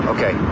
Okay